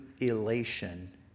elation